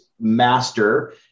master